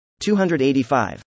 285